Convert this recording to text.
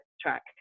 track